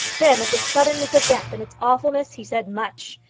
then, of the suddenness of death and its awfulness he said much,